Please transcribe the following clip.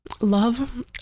love